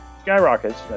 skyrockets